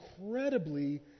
incredibly